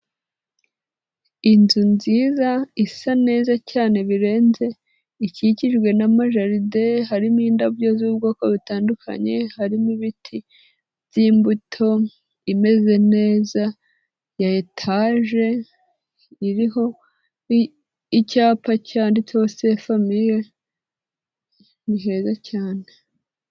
Inzu nziza isa neza cyane birenze ikikijwe na majaride harimo indabyo z'ubwoko butandukanye, harimo ibiti by'imbuto imeze neza ya etaje iriho icyapa cyanditseho Saint famille ni heza cyane.